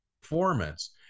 performance